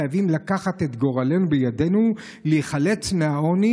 חייבים לקחת את גורלנו בידינו ולהיחלץ מהעוני.